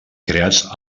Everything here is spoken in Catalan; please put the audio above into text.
creats